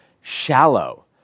shallow